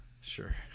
sure